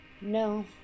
No